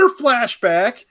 flashback